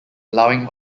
allowing